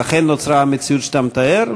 ולכן נוצרה המציאות שאתה מתאר.